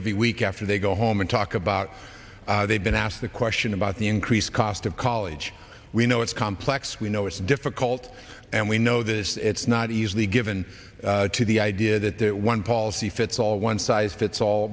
every week after they go home and talk about they've been asked the question about the increased cost of college we know it's complex we know it's difficult and we know that it's not easily given to the idea that the one palsy fits all one size fits all